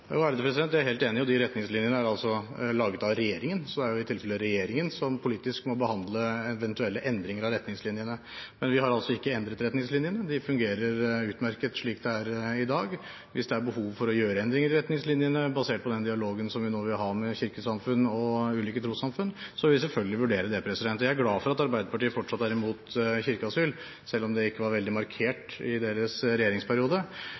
Jeg er helt enig, og de retningslinjene er altså laget av regjeringen, så det er i tilfelle regjeringen som politisk må behandle eventuelle endringer av retningslinjene. Men vi har altså ikke endret retningslinjene, de fungerer utmerket slik det er i dag. Hvis det er behov for å gjøre endringer i retningslinjene basert på den dialogen som vi nå vil ha med kirkesamfunn og ulike trossamfunn, vil vi selvfølgelig vurdere det. Jeg er glad for at Arbeiderpartiet fortsatt er imot kirkeasyl, selv om det ikke var veldig markert i deres regjeringsperiode.